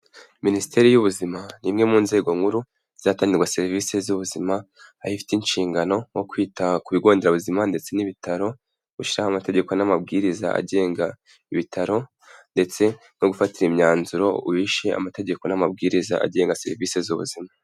Minisiteri y'ubuzima ni imwe mu nzego nkuru zahatangirwa serivisi z'ubuzima aho ifite inshingano nko kwita ku bigonderabuzima ndetse n'ibitaro gushyiraho amategeko n'amabwiriza agenga ibitaro ndetse no gufatira imyanzuro uwishe amategeko n'amabwiriza agenga serivisi z'ubuzima.